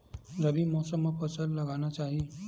रबी मौसम म का फसल लगाना चहिए?